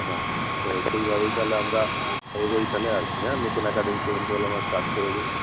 হ্যাঁ তো সেইভাবেই তাহলে আমরা এগোই তাহলে আর কি হ্যাঁ নতুন অ্যাকাডেমি আমরা স্টার্ট করে দেবো